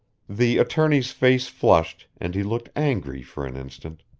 the attorney's face flushed, and he looked angry for an instant,